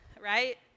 right